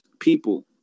people